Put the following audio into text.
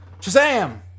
Shazam